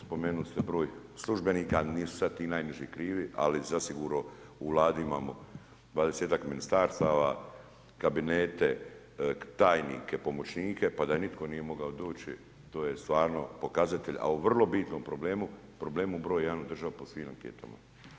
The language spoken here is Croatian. Spomenuli ste broj službenika, nisu sad ti najniži krivi, ali zasigurno u Vladi imamo 20ak ministarstava, kabinete, tajnike, pomoćnike pa da nitko nije mogao doći, to je stvarno pokazatelj, a o vrlo bitnom problemu, problemu broj jedan u državi po svim anketama.